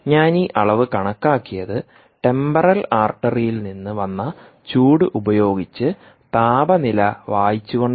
ഞാൻ ഈ അളവ് കണക്കാക്കിയത് ടെംപറൽ ആർട്ടറിയിൽ നിന്ന് വന്ന ചൂട് ഉപയോഗിച്ച് താപനില വായിച്ചുകൊണ്ടാണ്